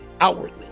outwardly